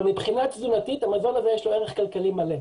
אבל מבחינה תזונתית למזון הזה יש ערך כלכלי מלא.